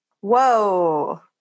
Whoa